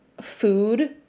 food